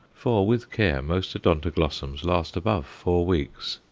for, with care, most odontoglossums last above four weeks.